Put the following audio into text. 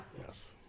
Yes